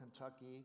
Kentucky